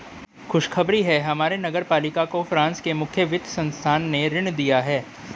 खुशखबरी है हमारे नगर पालिका को फ्रांस के मुख्य वित्त संस्थान ने ऋण दिया है